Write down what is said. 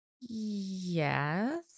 yes